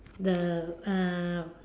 the uh